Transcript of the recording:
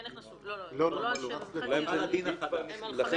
"(3)הלוואה שמתקיימים בה שני אלה: (א)היא